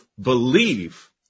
believe